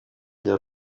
rya